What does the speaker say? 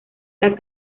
las